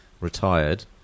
retired